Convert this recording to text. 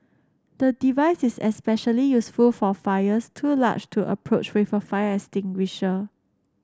the device is especially useful for fires too large to approach with a fire extinguisher